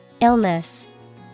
Illness